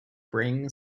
bring